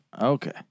Okay